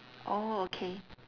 orh okay